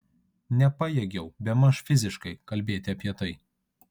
nepajėgiau bemaž fiziškai kalbėti apie tai